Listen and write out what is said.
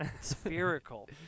spherical